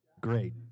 Great